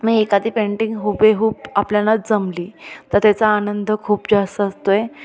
मी एखादी पेंटिंग हुबेहूब आपल्याला जमली तर त्याचा आनंद खूप जास्त असतो आहे